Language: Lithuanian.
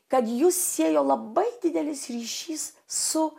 kad jus siejo labai didelis ryšys su